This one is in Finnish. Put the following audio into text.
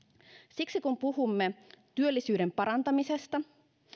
siksi kun puhumme työllisyyden parantamisesta